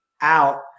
out